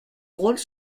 rôles